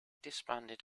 disbanded